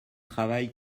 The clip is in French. travail